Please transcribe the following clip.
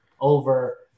over